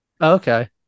okay